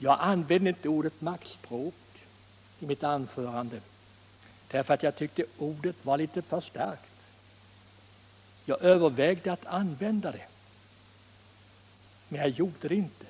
Jag använde inte ordet maktspråk i mitt anförande därför att jag tyckte att ordet var litet för starkt. Jag övervägde att använda det, men jag gjorde det inte.